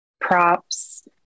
props